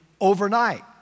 overnight